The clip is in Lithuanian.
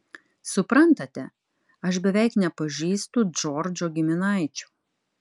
suprantate aš beveik nepažįstu džordžo giminaičių